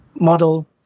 model